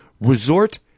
resort